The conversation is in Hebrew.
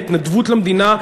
ההתנדבות למען המדינה,